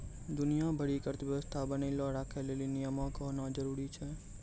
दुनिया भरि के अर्थव्यवस्था बनैलो राखै लेली नियमो के होनाए जरुरी छै